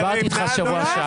דיברתי איתך בשבוע שעבר.